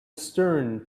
stern